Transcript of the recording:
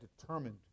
determined